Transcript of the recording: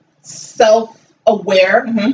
self-aware